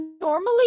normally